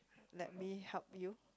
let me help you